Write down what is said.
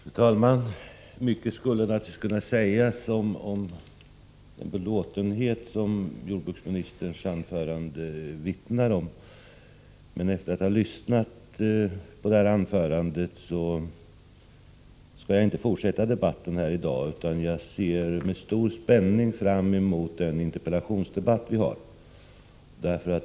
Fru talman! Mycket skulle naturligtvis kunna sägas om den belåtenhet som jordbruksministerns anförande vittnar om, men efter att ha lyssnat på anförandet skall jag inte fortsätta debatten i dag, utan jag ser med stor spänning fram emot den interpellationsdebatt vi skall föra.